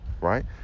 right